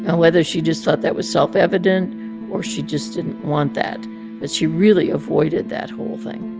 and whether she just thought that was self-evident or she just didn't want that but she really avoided that whole thing.